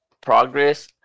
progress